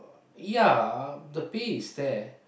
ya the pay is there